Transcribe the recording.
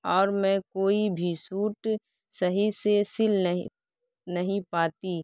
اور میں کوئی بھی سوٹ صحیح سے سل نہیں نہیں پاتی